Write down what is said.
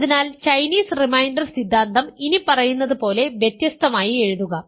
അതിനാൽ Chinese reminder സിദ്ധാന്തം ഇനി പറയുന്നതുപോലെ വ്യത്യസ്തമായി എഴുതുക